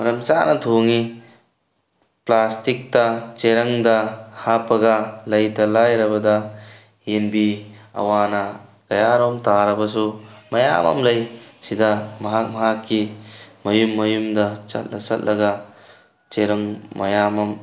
ꯃꯔꯝ ꯆꯥꯅ ꯊꯣꯡꯉꯤ ꯄ꯭ꯂꯥꯁꯇꯤꯛꯇ ꯆꯦꯔꯪꯗ ꯍꯥꯞꯄꯒ ꯂꯩꯇ ꯂꯥꯏꯔꯕꯗ ꯌꯦꯟꯕꯤ ꯑꯋꯥ ꯑꯅꯥ ꯀꯌꯥꯔꯣꯝ ꯇꯥꯔꯕꯁꯨ ꯃꯌꯥꯝ ꯑꯃ ꯂꯩ ꯁꯤꯗ ꯃꯍꯥꯛ ꯃꯍꯥꯛꯀꯤ ꯃꯌꯨꯝ ꯃꯌꯨꯝꯗ ꯆꯠꯂ ꯆꯠꯂꯒ ꯆꯦꯔꯪ ꯃꯌꯥꯝ ꯑꯝ